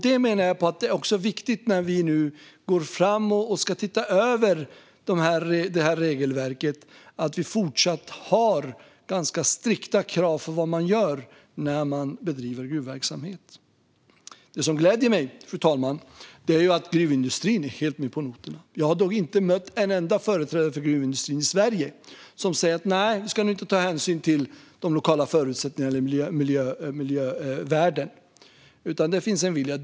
Jag menar att det är viktigt när vi nu går fram och ska se över det här regelverket att vi fortsatt har ganska strikta krav för vad man får göra när man bedriver gruvverksamhet. Det som gläder mig, fru talman, är att gruvindustrin är helt med på noterna. Jag har inte mött en enda företrädare för gruvindustrin i Sverige som säger att nej, vi ska nog inte ta hänsyn till miljövärden eller de lokala förutsättningarna. Det finns en vilja.